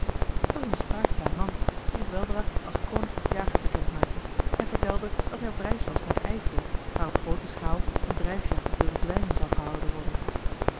het was een spraakzaam man die zich weldra als koninklijk jager bekend maakte en vertelde dat hij op reis was naar den eifel waar op groote schaal eene drijfjacht op wilde zwijnen zou gehouden worden